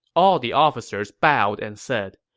all the officers bowed and said,